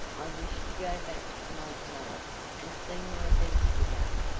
i wish to go back to my palace and see my beast again,